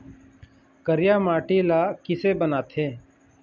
करिया माटी ला किसे बनाथे?